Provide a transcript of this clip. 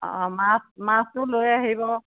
অঁ মাছ মাছটো লৈ আহিব